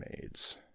maids